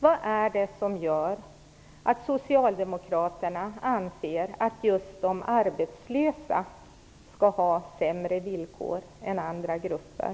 Vad är det som gör att socialdemokraterna anser att just de arbetslösa skall ha sämre villkor än andra grupper?